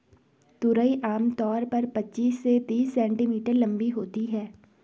तुरई आम तौर पर पचीस से तीस सेंटीमीटर लम्बी होती है